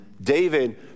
David